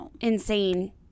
insane